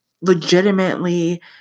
legitimately